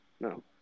no